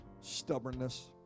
stubbornness